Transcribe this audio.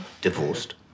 Divorced